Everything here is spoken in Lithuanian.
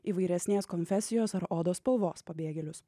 įvairesnės konfesijos ar odos spalvos pabėgėlius